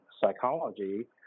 psychology